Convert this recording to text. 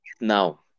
Now